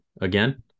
again